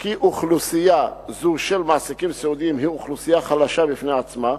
כי אוכלוסייה זו של מעסיקים סיעודיים היא אוכלוסייה חלשה בפני עצמה,